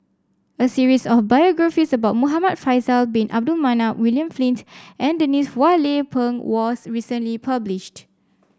a series of biographies about Muhamad Faisal Bin Abdul Manap William Flint and Denise Phua Lay Peng was recently published